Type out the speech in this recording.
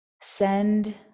send